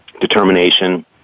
determination